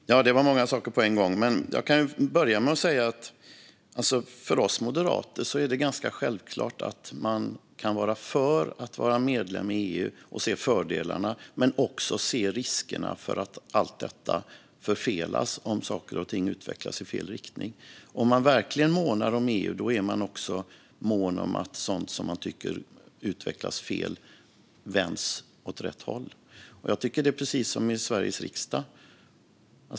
Herr talman! Det var många saker på en gång, men jag kan börja med att säga att för oss moderater är det ganska självklart att man kan vara för att vara medlem i EU och se fördelarna och även se riskerna för att allt detta förfelas om saker och ting utvecklas i fel riktning. Om man verkligen månar om EU är man också mån om att sådant som man tycker utvecklas fel vänds åt rätt håll. Det är precis som i Sveriges riksdag.